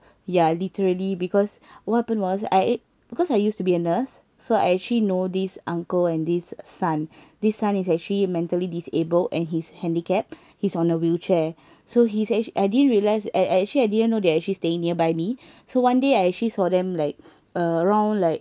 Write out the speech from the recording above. ya literally because what happened was I because I used to be a nurse so I actually know this uncle and this son this son is actually mentally disabled and he's handicap he's on a wheelchair so he's ac~ I didn't realise ac~ actually I didn't know they actually staying nearby me so one day I actually saw them like around like